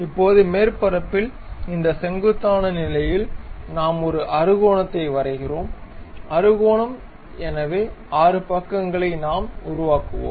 இப்போது மேற்பரப்பில் இந்த செங்குத்தான நிலையில் நாம் ஒரு அறுகோணத்தை வரைகிறோம் அறுகோணம் எனவே 6 பக்கங்களை நாம் உருவாக்குவோம்